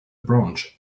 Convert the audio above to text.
branch